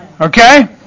Okay